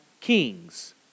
kings